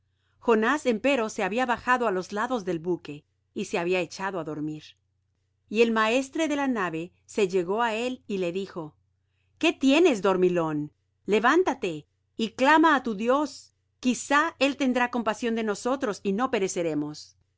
jonás empero se había bajado á los lados del buque y se había echado á dormir y el maestre de la nave se llegó á él y le dijo qué tienes dormilón levántate y clamá á tu dios quizá él tendrá compasión de nosotros y no pereceremos